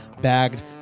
bagged